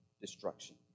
destruction